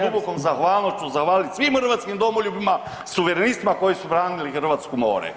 velikom zahvalnošću zahvaliti svim hrvatskim domoljubima, suverenistima koji su branili hrvatsko more.